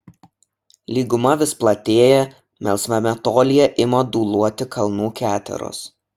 lyguma vis platėja melsvame tolyje ima dūluoti kalnų keteros